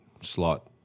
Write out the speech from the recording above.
slot